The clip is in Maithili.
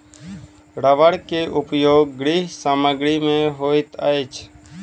रबड़ के उपयोग गृह सामग्री में होइत अछि